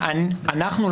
לא